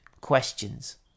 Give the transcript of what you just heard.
questions